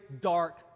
dark